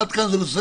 עד כאן זה בסדר?